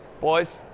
boys